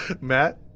Matt